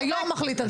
והיו"ר מחליט על זה.